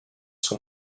son